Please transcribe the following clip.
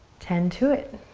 tend to it.